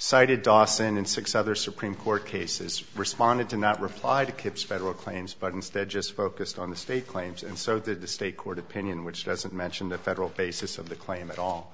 cited dawson and six other supreme court cases responded to not reply to kipps federal claims but instead just focused on the state claims and so did the state court opinion which doesn't mention the federal basis of the claim at all